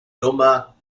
nummer